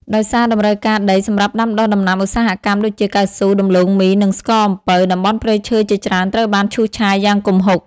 ដោយសារតម្រូវការដីសម្រាប់ដាំដុះដំណាំឧស្សាហកម្មដូចជា កៅស៊ូ ដំឡូងមី និងស្ករអំពៅ តំបន់ព្រៃឈើជាច្រើនត្រូវបានឈូសឆាយយ៉ាងគំហុក។